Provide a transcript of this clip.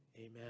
amen